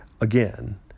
again